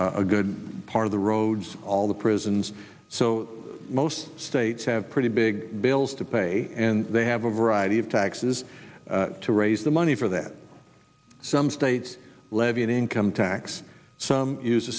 a good part of the roads all the prisons so most states have pretty big bills to pay and they have a variety of taxes to raise the money for that some states levy an income tax some